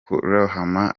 kurohama